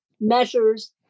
measures